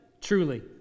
truly